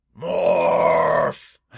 Morph